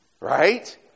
right